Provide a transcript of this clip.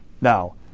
Now